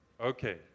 okay